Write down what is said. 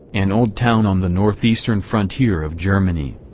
an old town on the northeastern frontier of germany.